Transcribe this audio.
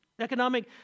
economic